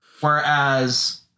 Whereas